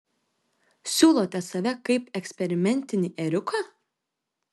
siūlote save kaip eksperimentinį ėriuką